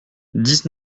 dix